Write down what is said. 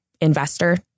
investor